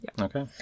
Okay